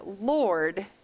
Lord